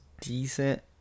decent